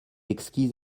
exquise